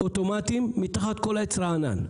אוטומטיים תחת כל עץ רענן.